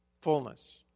Fullness